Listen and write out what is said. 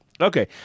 okay